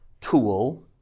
tool